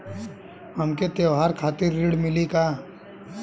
हमके त्योहार खातिर ऋण मिली का?